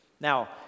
Now